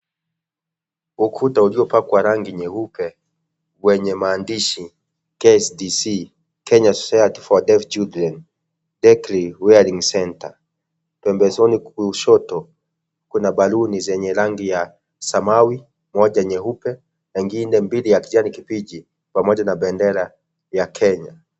Ukuta uliopakwa rangi nyeupe wenye maandishi KSDC Kenya Society for Deaf Children detry wearing centre pembezoni kushoto kuna baluni zenye rangi ya samawi moja nyeupe na ingine mbili ya kijani kibichi pamoja na bendera ya Kenya.